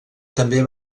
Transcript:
també